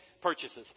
Purchases